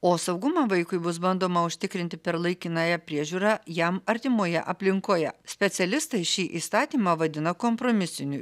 o saugumą vaikui bus bandoma užtikrinti per laikinąją priežiūrą jam artimoje aplinkoje specialistai šį įstatymą vadina kompromisiniu